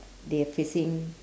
they are facing